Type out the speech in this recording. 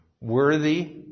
Worthy